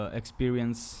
experience